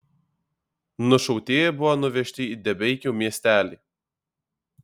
nušautieji buvo nuvežti į debeikių miestelį